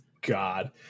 God